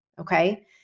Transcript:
okay